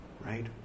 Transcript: right